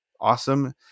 awesome